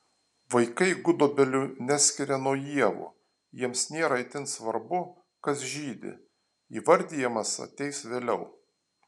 vaikai gudobelių neskiria nuo ievų jiems nėra itin svarbu kas žydi įvardijimas ateis vėliau